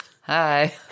Hi